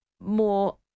more